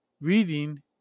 Reading